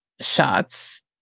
shots